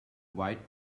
white